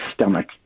stomach